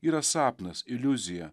yra sapnas iliuzija